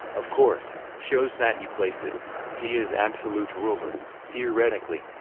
of course, shows that he places he is absolute ruler, theoretically,